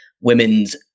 women's